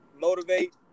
motivate